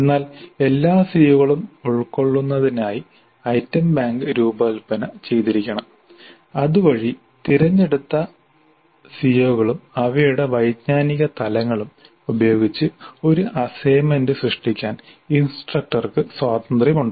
എന്നാൽ എല്ലാ സിഒകളും ഉൾക്കൊള്ളുന്നതിനായി ഐറ്റം ബാങ്ക് രൂപകൽപ്പന ചെയ്തിരിക്കണം അതുവഴി തിരഞ്ഞെടുത്ത സിഒകളും അവയുടെ വൈജ്ഞാനിക തലങ്ങളും ഉപയോഗിച്ച് ഒരു അസൈൻമെന്റ് സൃഷ്ടിക്കാൻ ഇൻസ്ട്രക്ടർക്ക് സ്വാതന്ത്ര്യമുണ്ട്